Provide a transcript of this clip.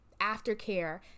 aftercare